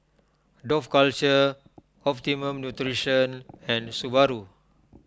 Dough Culture Optimum Nutrition and Subaru